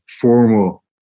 formal